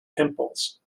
pimples